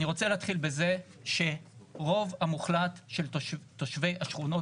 אני רוצה להתחיל בזה שרוב המוחלט של תושבי השכונות